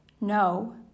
no